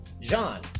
John